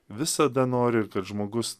visada nori ir kad žmogus